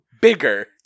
bigger